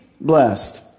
blessed